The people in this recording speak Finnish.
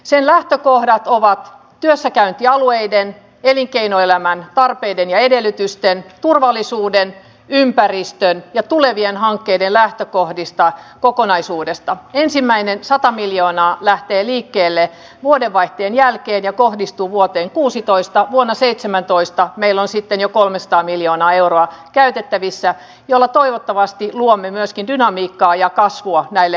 sen lähtökohdat ovat työssäkäyntialueiden elinkeinoelämän tarpeiden ja edellytysten turvallisuuden ympäristöön ja tulevien hankkeiden lähtökohdista kokonaisuudesta ensimmäinen sata miljoonaa lähtee liikkeelle vuodenvaihteen jälkeen ja kohdistuu vuoteen kuusitoista vuonna seitsemäntoista meillä on sitten jo kolmesataa miljoonaa euroa käytettävissä jalo toivottavasti luonne myöskin dynamiikkaa ja kasvua näille